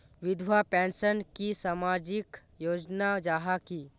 विधवा पेंशन की सामाजिक योजना जाहा की?